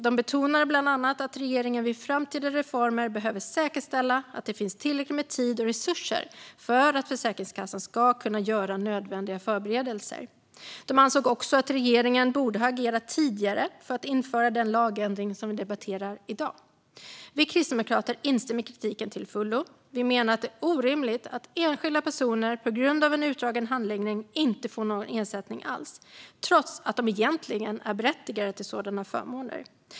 Man betonade bland annat att regeringen vid framtida reformer behöver säkerställa att det finns tillräckligt med tid och resurser för att Försäkringskassan ska kunna göra nödvändiga förberedelser. Man ansåg också att regeringen borde ha agerat tidigare för att införa den lagändring vi debatterar i dag. Vi kristdemokrater instämmer i kritiken till fullo. Vi menar att det är orimligt att enskilda personer på grund av en utdragen handläggning inte får någon ersättning alls, trots att de egentligen är berättigade till sådana förmåner.